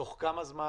בתוך כמה זמן